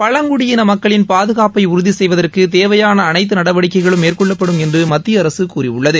பழங்குடியின மக்களின் பாதுகாப்பை உறுதி செய்வதற்கு தேவையான அனைத்து நடவடிக்கைகளும் மேற்கொள்ளப்படும் என்று மத்திய அரசு கூறியுள்ளது